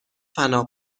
فنا